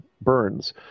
burns